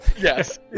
Yes